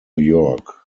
york